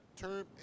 term